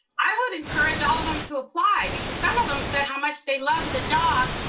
i would encourage all of them to apply, because some of them said how much they loved the job.